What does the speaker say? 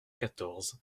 quatorze